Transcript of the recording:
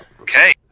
Okay